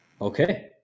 Okay